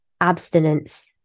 abstinence